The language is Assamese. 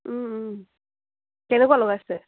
কেনেকুৱা লগাইছে